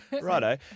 Righto